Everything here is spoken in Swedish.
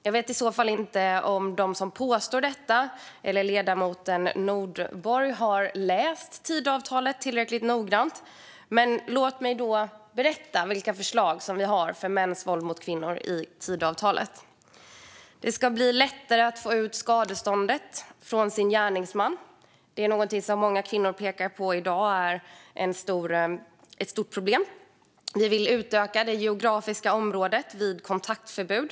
Jag vet inte om de som påstår något annat eller ledamoten Nordborg har läst Tidöavtalet tillräckligt noggrant. Men låt mig berätta vilka förslag vi har i Tidöavtalet när det gäller mäns våld mot kvinnor. Det ska bli lättare att få ut skadeståndet från gärningsmannen. Det är något som många kvinnor pekar på som ett stort problem i dag. Vi vill utöka det geografiska området vid kontaktförbud.